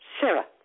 Sarah